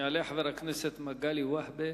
יעלה חבר הכנסת מגלי והבה,